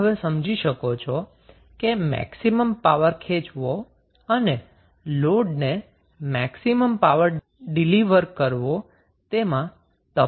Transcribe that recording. તમે હવે સમજી શકો છો કે મેક્સિમમ પાવર ખેચવો અને લોડને મેક્સિમમ પાવર ડિલિવર કરવો તેમાં તફાવત શું છે